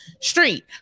street